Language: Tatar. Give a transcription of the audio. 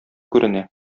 күренә